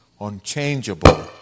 unchangeable